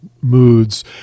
moods